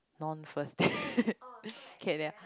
non first date can ya